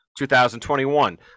2021